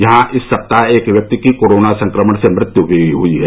यहां इस सप्ताह एक व्यक्ति की कोरोना संक्रमण से मृत्यू भी हुई है